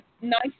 nice